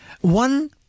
One